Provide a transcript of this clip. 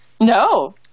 No